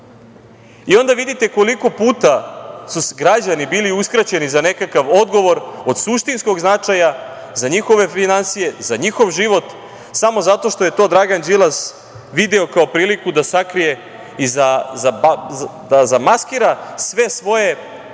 i onda vidite koliko puta su građani bili uskraćeni za nekakav odgovor od suštinskog značaja za njihove finansije, za njihov život samo zato što je to Dragan Đilas video kao priliku da sakrije i zamaskira sve svoje